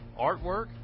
artwork